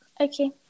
Okay